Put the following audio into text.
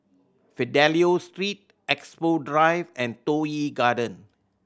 Fidelio Street Expo Drive and Toh Yi Garden